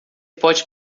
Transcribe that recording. pode